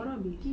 baru habis